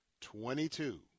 Twenty-two